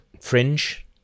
Fringe